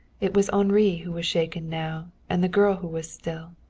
it was henri who was shaken now and the girl who was still.